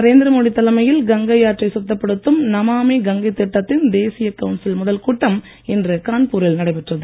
நரேந்திரமோடி தலைமையில் கங்கை ஆற்றை பிரதமர் சுத்தப்படுத்தும் நமாமி கங்கை திட்டத்தின் தேசிய கவுன்சில் முதல் கூட்டம் இன்று கான்பூரில் நடைபெற்றது